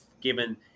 given